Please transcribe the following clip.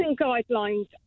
guidelines